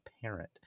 parent